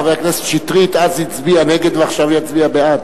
חבר הכנסת שטרית אז הצביע נגד ועכשיו יצביע בעד,